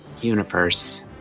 universe